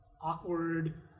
awkward